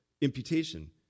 imputation